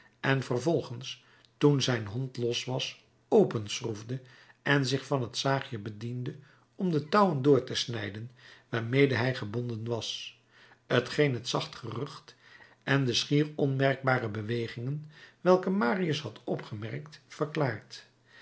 en het vervolgens toen zijn hand los was openschroefde en zich van het zaagje bediende om de touwen door te snijden waarmede hij gebonden was t geen het zacht gerucht en de schier onmerkbare bewegingen welke marius had opgemerkt verklaart